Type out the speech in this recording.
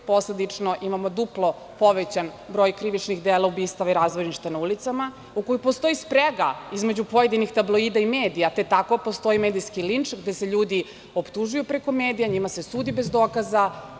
Posledično imamo duplo povećan broj krivičnih dela ubistava i razbojništava na ulicama, u kojoj postoji sprega između pojedinih tabloida i medija, te tako postoji medijski linč, gde se ljudi optužuju preko medija, njima se sudi bez dokaza.